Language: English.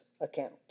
account